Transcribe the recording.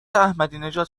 احمدینژاد